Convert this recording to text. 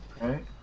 right